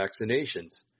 vaccinations